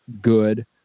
good